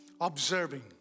observing